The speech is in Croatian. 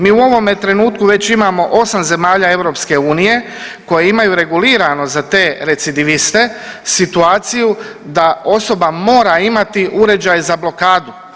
Mi u ovome trenutku već imamo 8 zemalja EU koje imaju regulirano za te recidiviste situaciju da osoba mora imati uređaj za blokadu.